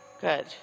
Good